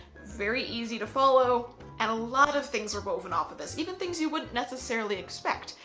very easy to follow and a lot of things are woven off of this, even things you wouldn't necessarily expect,